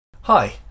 Hi